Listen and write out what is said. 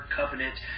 covenant